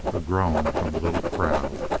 a groan from the little crowd.